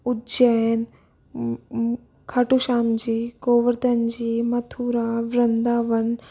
Ujjain Khatu Shyam ji Govardhan ji Mathura Vrindavan